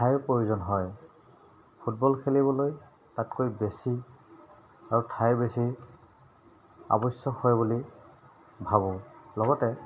ঠাইৰ প্ৰয়োজন হয় ফুটবল খেলিবলৈ তাতকৈ বেছি আৰু ঠাইৰ বেছি আৱশ্যক হয় বুলি ভাবোঁ লগতে